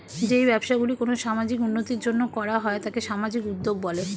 যেই ব্যবসাগুলি কোনো সামাজিক উন্নতির জন্য করা হয় তাকে সামাজিক উদ্যোগ বলে